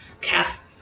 cast